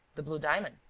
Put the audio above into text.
the blue diamond.